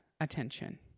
attention